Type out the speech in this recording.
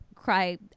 Cry